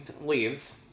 leaves